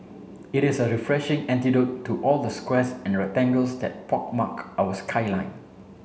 it is a refreshing antidote to all the squares and rectangles that pockmark our skyline